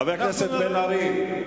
חבר הכנסת בן-ארי.